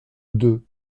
deux